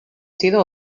sido